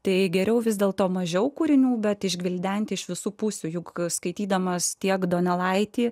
tai geriau vis dėl to mažiau kūrinių bet išgvildenti iš visų pusių juk skaitydamas tiek donelaitį